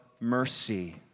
mercy